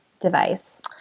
device